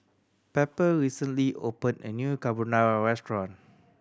Pepper recently opened a new Carbonara Restaurant